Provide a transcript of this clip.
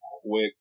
quick